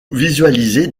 visualiser